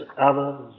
others